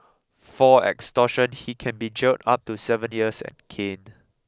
for extortion he can be jailed up to seven years and caned